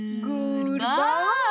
Goodbye